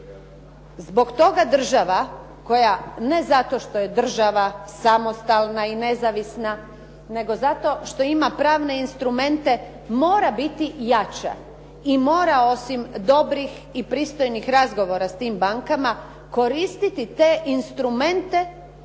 Zbog toga država koja ne zato što je država samostalna i nezavisna, nego zato što ima pravne instrumente, mora biti jača i mora osim dobrih i pristojnih razgovora s tim bankama koristiti te instrumente